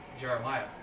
Jeremiah